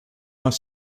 was